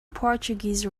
portuguese